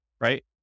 right